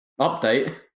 Update